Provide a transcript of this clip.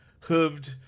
hooved